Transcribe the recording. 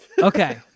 Okay